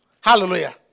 Hallelujah